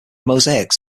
mosaics